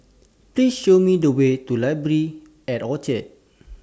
Please Show Me The Way to Library At Orchard